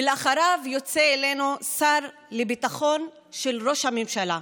אחריו יוצא אלינו השר לביטחון של ראש הממשלה,